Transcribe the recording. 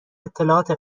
اطلاعات